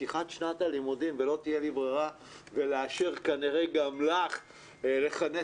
פתיחת שנת הלימודים ולא תהיה לי ברירה ולאשר כנראה גם לך לכנס